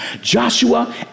Joshua